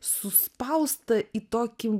suspausta į tokį